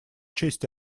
честь